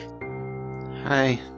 Hi